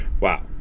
Wow